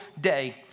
day